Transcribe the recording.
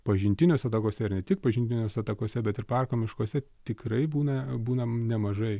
pažintiniuose takuose ir ne tik pažintiniuose takuose bet ir parko miškuose tikrai būna būna nemažai